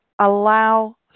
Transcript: allow